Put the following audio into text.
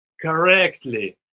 correctly